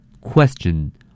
Question